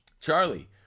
Charlie